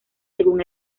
según